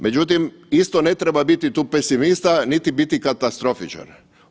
Međutim, isto ne treba biti tu pesimista, niti biti katastrofičan.